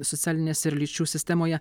socialinės ir lyčių sistemoje